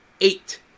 eight